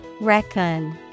Reckon